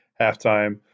halftime